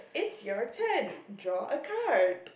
it's your turn draw a card